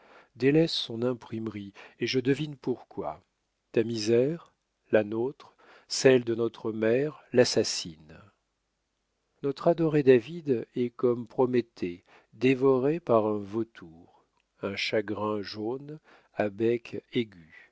délaisse son imprimerie et je devine pourquoi ta misère la nôtre celle de notre mère l'assassinent notre adoré david est comme prométhée dévoré par un vautour un chagrin jaune à bec aigu